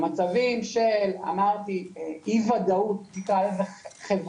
במצבים של אי ודאות חברתית.